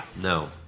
No